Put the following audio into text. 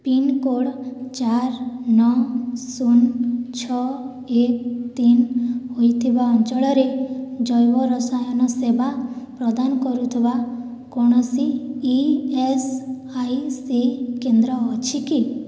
pin code ଚାର ନଅ ଶୂନ ଛଅ ଏକ ତିନି ହୋଇଥିବା ଅଞ୍ଚଳରେ ଜୈବରସାୟନ ସେବା ପ୍ରଦାନ କରୁଥିବା କୌଣସି ଇ ଏସ୍ ଆଇ ସି କେନ୍ଦ୍ର ଅଛି କି